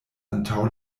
antaŭ